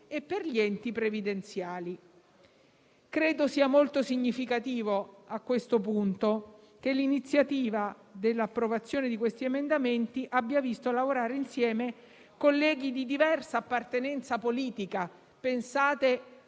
e per gli enti previdenziali. Credo sia molto significativo a questo punto che l'iniziativa dell'approvazione di questi emendamenti abbia visto lavorare insieme colleghi di diversa appartenenza politica. Pensate